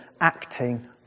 acting